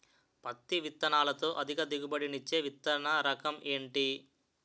పత్తి విత్తనాలతో అధిక దిగుబడి నిచ్చే విత్తన రకం ఏంటి?